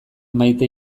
maite